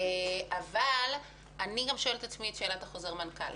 אני גם שואלת את עצמי בעניין חוזר המנכ"ל.